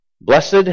Blessed